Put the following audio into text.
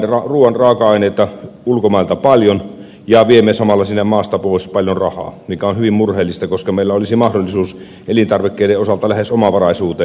tuomme ruoan raaka aineita ulkomailta paljon ja viemme samalla sinne maasta pois paljon rahaa mikä on hyvin murheellista koska meillä olisi mahdollisuus elintarvikkeiden osalta lähes omavaraisuuteen